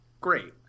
Great